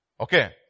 Okay